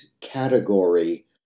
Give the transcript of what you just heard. category